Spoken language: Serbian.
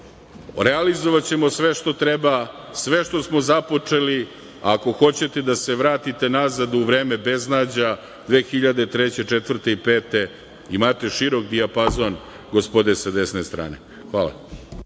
Realizovaćemo sve što treba, sve što smo započeli. Ako, hoćete da se vratite unazad u vreme beznađa, 2003, 2004. i 2005. godine imate širok dijapazon gospode sa desne strane. Hvala.